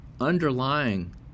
underlying